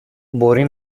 μπορεί